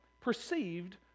perceived